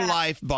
life